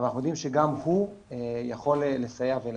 אבל אנחנו יודעים שגם הוא יכול לסייע ולעזור.